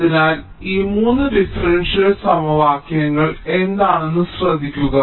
അതിനാൽ ഈ മൂന്ന് ഡിഫറൻഷ്യൽ സമവാക്യങ്ങൾ എന്താണെന്ന് നിങ്ങൾ ശ്രദ്ധിക്കുക